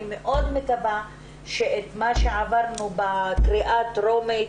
אני מאוד מקווה שמה שעברנו בקריאה הטרומית,